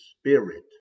spirit